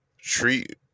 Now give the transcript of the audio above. treat